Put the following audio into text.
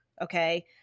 Okay